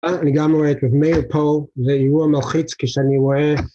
אני גם רואה את עצמי הפה, זה ארוע מלחיץ כשאני רואה...